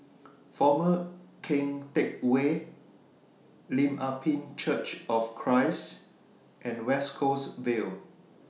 Former Keng Teck Whay Lim Ah Pin Church of Christ and West Coast Vale